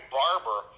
barber